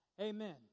Amen